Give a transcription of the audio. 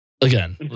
again